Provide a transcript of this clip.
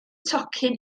tocyn